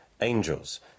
angels